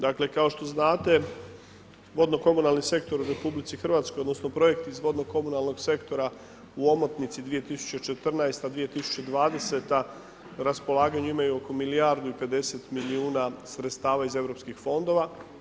Dakle, kao što znate, odjel komunalni sektor u RH, odnosno, projekt iz vodno komunalnog sektora, u omotnici 2014.-20120. raspolaganja imaju oko milijardu i 50 milijuna sredstava iz europskih fondova.